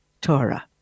Torah